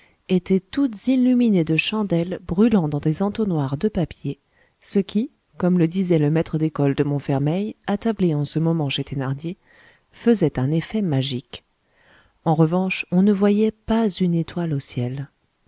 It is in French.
étaient toutes illuminées de chandelles brûlant dans des entonnoirs de papier ce qui comme le disait le maître d'école de montfermeil attablé en ce moment chez thénardier faisait un effet magique en revanche on ne voyait pas une étoile au ciel